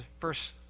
verse